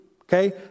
Okay